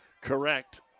correct